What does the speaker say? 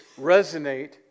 resonate